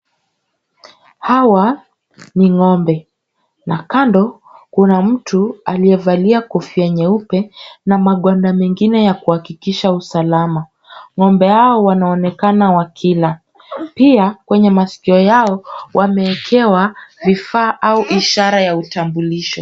Hawa ni ng'ombe na kando, kuna mtu aliyevalia kofia nyeupe na magwanda mengine ya kuhakikisha usalama. Ng'ombe hawa wanaonekana wakila. Pia, kwenye masikio yao wameekewa vifaa au ishara ya utambulisho.